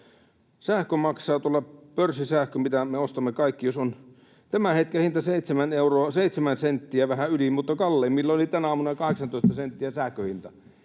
sähkö maksaa, pörssisähkö, mitä me ostamme kaikki, tämän hetken hinta on 7 senttiä, vähän yli, mutta kalleimmillaan oli tänä aamuna 18 senttiä sähkön hinta.